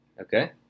Okay